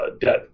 debt